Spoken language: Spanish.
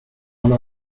ola